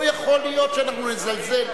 לא יכול להיות שאנחנו נזלזל.